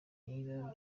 niba